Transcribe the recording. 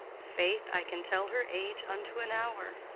faith, i can tell her age unto an hour.